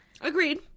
Agreed